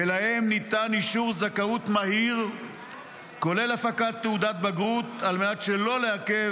הזכאות ולתעודת הבגרות עצמה כדי להירשם